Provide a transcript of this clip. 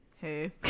Hey